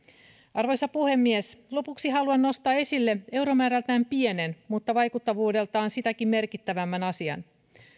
arvoisa puhemies lopuksi haluan nostaa esille euromäärältään pienen mutta vaikuttavuudeltaan sitäkin merkittävämmän asian